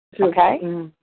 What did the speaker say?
Okay